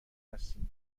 هستیم